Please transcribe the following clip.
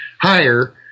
higher